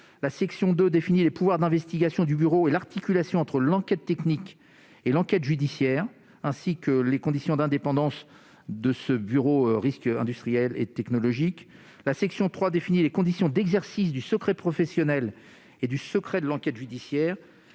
la section 2 définit les pouvoirs d'investigation du bureau et l'articulation entre l'enquête technique et l'enquête judiciaire, ainsi que les conditions d'indépendance de ce bureau d'enquêtes et d'analyses sur les risques industriels et technologiques ; la section 3 définit les conditions d'exercice du secret professionnel et du secret de l'enquête judiciaire